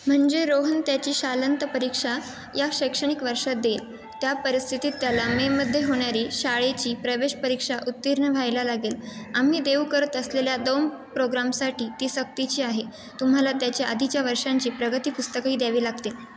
म्हणजे रोहन त्याची शालांत परीक्षा या शैक्षणिक वर्षात देईल त्या परिस्थितीत त्याला मेमध्ये होणारी शाळेची प्रवेश परीक्षा उत्तीर्ण व्हायला लागेल आम्ही देऊ करत असलेल्या दोन प्रोग्रामसाठी ती सक्तीची आहे तुम्हाला त्याच्या आधीच्या वर्षांची प्रगती पुस्तकंही द्यावी लागतील